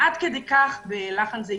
ב"לחן זיתן"